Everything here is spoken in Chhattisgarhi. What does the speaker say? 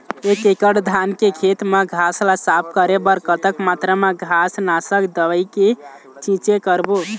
एक एकड़ धान के खेत मा घास ला साफ करे बर कतक मात्रा मा घास नासक दवई के छींचे करबो?